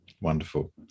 wonderful